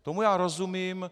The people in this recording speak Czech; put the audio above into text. Tomu já rozumím.